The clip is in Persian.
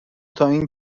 تااین